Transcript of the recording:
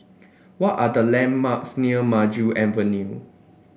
what are the landmarks near Maju Avenue